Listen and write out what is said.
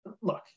look